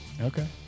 okay